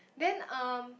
then um